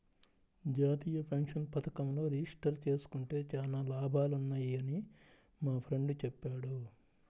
జాతీయ పెన్షన్ పథకంలో రిజిస్టర్ జేసుకుంటే చానా లాభాలున్నయ్యని మా ఫ్రెండు చెప్పాడు